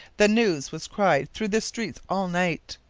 the news was cried through the streets all night.